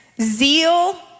zeal